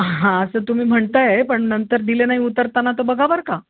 हां असं तुम्ही म्हणताय पण नंतर दिले नाही उतरताना तर बघा बरं का